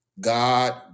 God